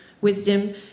wisdom